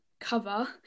cover